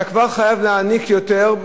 אתה כבר חייב להעניק יותר,